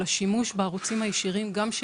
אבל השימוש בערוצים הישרים גם של